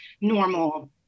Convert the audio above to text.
normal